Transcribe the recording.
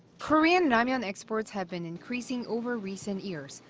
korean ramyeon exports have been increasing over recent years,